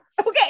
Okay